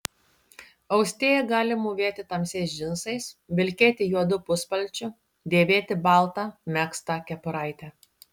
austėja gali mūvėti tamsiais džinsais vilkėti juodu puspalčiu dėvėti baltą megztą kepuraitę